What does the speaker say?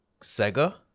Sega